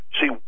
See